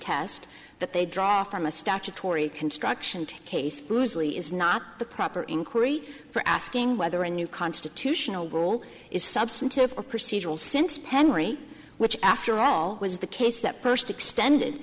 test that they draw from a statutory construction to case bruce lee is not the proper inquiry for asking whether a new constitutional rule is substantive or procedural since penry which after all was the case that first extended